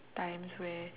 times where